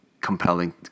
compelling